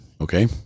Okay